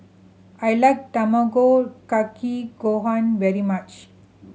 I like Tamago Kake Gohan very much